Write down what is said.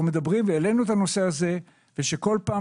העלינו את הנושא הזה וכל פעם